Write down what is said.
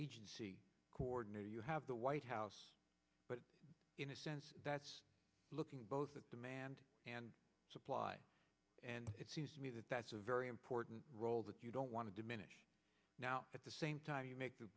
agency coordinator you have the white house but in a sense that's looking both the demand and supply and it seems to me that that's a very important role that you don't want to diminish now at the same time you make a